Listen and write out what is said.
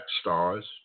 stars